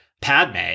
Padme